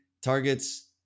targets